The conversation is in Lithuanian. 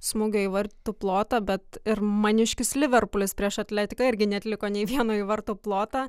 smūgio į vartų plotą bet ir maniškis liverpulis prieš atletiką irgi neatliko nei vieno į vartų plotą